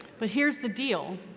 but here's the deal.